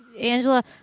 Angela